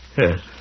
Yes